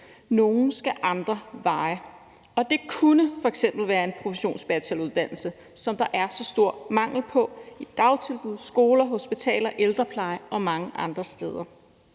nogle skal andre veje. Og det kunne f.eks. være en professionsbacheloruddannelse, som der er så stor mangel på i dagtilbud, på skoler, hospitaler, i ældrepleje og mange andre steder.